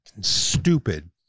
stupid